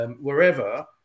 Wherever